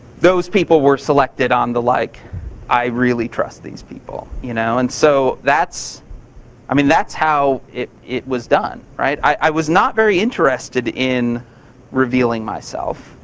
those people were selected on the like i really trust these people. you know and so, that's i mean that's how it it was done. i was not very interested in revealing myself.